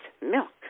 milk